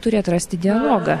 turi atrasti dialogą